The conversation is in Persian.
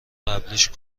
قبلیش